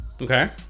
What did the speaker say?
Okay